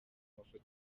mafoto